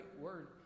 word